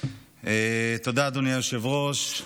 תודה, אדוני היושב-ראש.